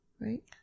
Right